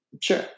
Sure